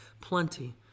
plenty